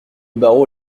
barreau